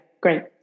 Great